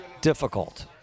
difficult